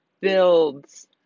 builds